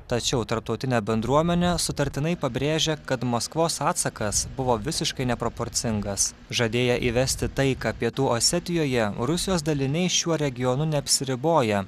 tačiau tarptautinė bendruomenė sutartinai pabrėžia kad maskvos atsakas buvo visiškai neproporcingas žadėję įvesti tai ką pietų osetijoje rusijos daliniai šiuo regionu neapsiriboja